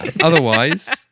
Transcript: otherwise